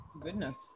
Goodness